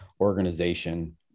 organization